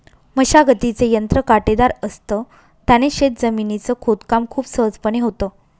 मशागतीचे यंत्र काटेदार असत, त्याने शेत जमिनीच खोदकाम खूप सहजपणे होतं